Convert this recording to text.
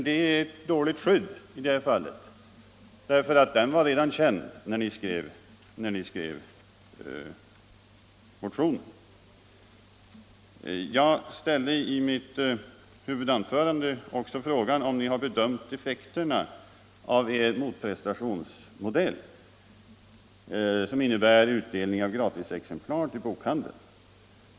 Det är ett dåligt skydd i det här fallet, för den var redan känd när ni skrev motionen. Jag ställde i mitt huvudanförande också frågan om ni har bedömt effekterna av er motprestationsmodell, som innebär utdelning av gratisexemplar till bokhandeln.